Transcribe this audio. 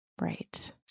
right